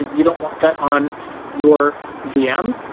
you don't want that on your vm.